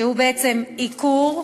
שהוא בעצם עיקור,